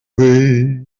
way